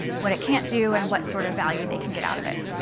what it can't do, and what sort of value they can get out of it.